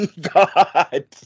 god